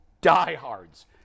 diehards